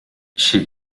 she